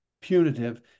punitive